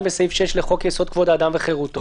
בסעיף 6 לחוק יסוד: כבוד האדם וחירותו.